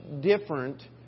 different